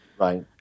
Right